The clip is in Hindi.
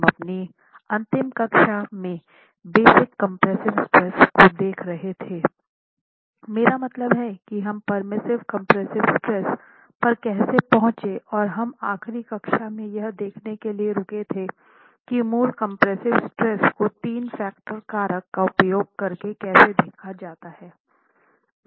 हम अपनी अंतिम कक्षा में basic compressive stress basic compressive stress को देख रहे थे मेरा मतलब है कि हम पेर्मिसिबल कम्प्रेस्सिव स्ट्रेस पर कैसे पहुंचे और हम आखिरी कक्षा में यह देखने के लिए रुके थे कि मूल कंप्रेसिव स्ट्रेस को तीन फैक्टर कारक का उपयोग करके कैसे देखा जाता है